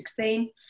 2016